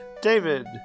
David